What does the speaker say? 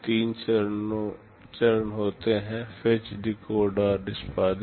तीन चरण होते हैं फेच डिकोड और निष्पादित